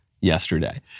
yesterday